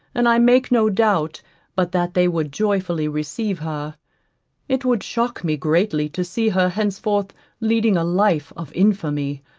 and i make no doubt but that they would joyfully receive her it would shock me greatly to see her henceforth leading a life of infamy,